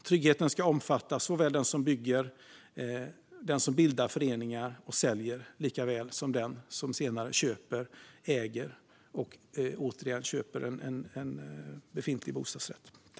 Tryggheten ska omfatta dem som bygger, bildar föreningar eller säljer likaväl som dem som köper och äger en befintlig bostadsrätt.